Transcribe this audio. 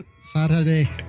Saturday